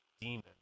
demon